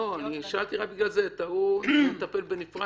לא, אני שאלתי רק בגלל זה, בדבר ההוא נטפל בנפרד.